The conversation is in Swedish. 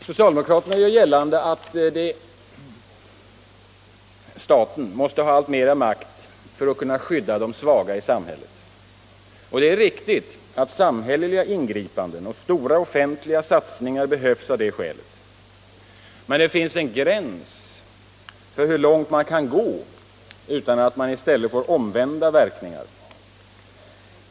Socialdemokraterna gör gällande att staten måste ha alltmera makt för att kunna skydda de svaga i samhället. Det är riktigt att samhälleliga ingripanden och stora offentliga satsningar behövs av det skälet. Men det finns en gräns för hur långt man kan gå utan att man i stället får omvända verkningar.